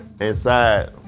inside